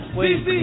Wait